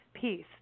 Peace